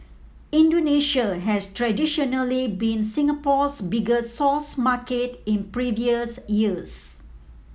Indonesia has traditionally been Singapore's biggest source market in previous years